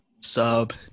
sub